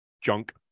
junk